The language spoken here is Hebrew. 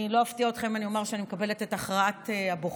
אני לא אפתיע אתכם אם אני אומר שאני מקבלת את הכרעת הבוחר,